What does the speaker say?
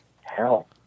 Hell